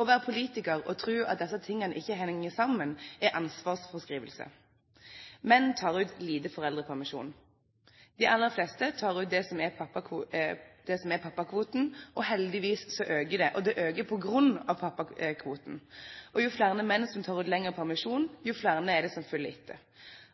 Å være politiker og tro at disse tingene ikke henger sammen, er ansvarsfraskrivelse. Menn tar ut lite foreldrepermisjon. De aller fleste tar ut det som er pappakvoten, og heldigvis øker det – og det øker på grunn av pappakvoten. Jo flere menn som tar ut lengre permisjon, jo flere er det som følger etter.